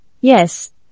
yes